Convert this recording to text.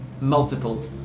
multiple